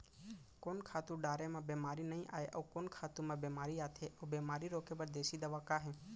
कोन खातू डारे म बेमारी नई आये, अऊ कोन खातू म बेमारी आथे अऊ बेमारी रोके बर देसी दवा का हे?